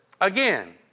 again